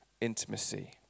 intimacy